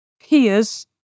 peers